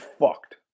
fucked